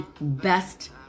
best